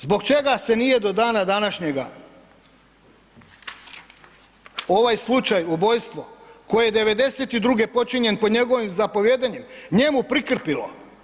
Zbog čega se nije do dana današnjeg ovaj slučaj ubojstvo koje je '92.-ge počinjen pod njegovim zapovijedanjem njemu prikrpilo?